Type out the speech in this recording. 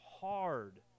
hard